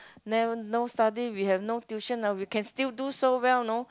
never no study we have no tuition ah we can still do so well know